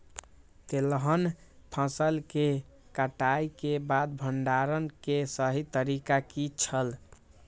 तेलहन फसल के कटाई के बाद भंडारण के सही तरीका की छल?